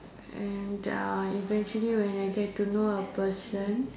and uh eventually when I get to know a person